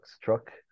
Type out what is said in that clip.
truck